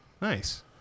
Nice